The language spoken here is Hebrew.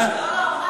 אני ותמר.